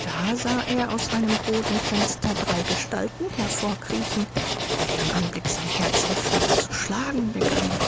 da sah er aus einem bodenfenster drei gestalten hervorkriechen bei deren anblick sein herz heftig zu schlagen begann